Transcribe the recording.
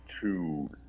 two